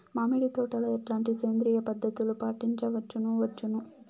మామిడి తోటలో ఎట్లాంటి సేంద్రియ పద్ధతులు పాటించవచ్చును వచ్చును?